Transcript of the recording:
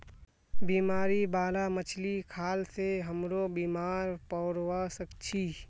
बीमारी बाला मछली खाल से हमरो बीमार पोरवा सके छि